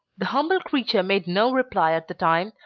the humble creature made no reply at the time,